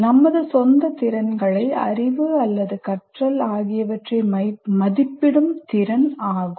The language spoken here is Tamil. நமது சொந்த திறன்களை அறிவு அல்லது கற்றல் ஆகியவற்றை மதிப்பிடும் திறன் ஆகும்